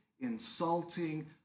insulting